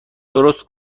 درست